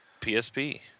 PSP